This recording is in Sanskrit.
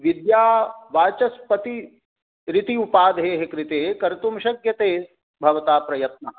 विद्यावाचस्पति इति उपाधेः कृते कर्तुं शक्यते भवता प्रयत्नः